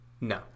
no